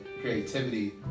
creativity